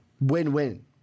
Win-win